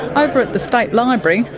over at the state library,